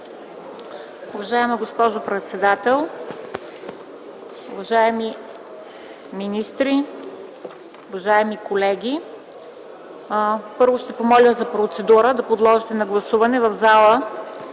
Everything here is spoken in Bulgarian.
Уважаема госпожо председател, уважаеми министри, уважаеми колеги! Първо, ще помоля за процедура, да подложите на гласуване в залата